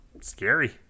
scary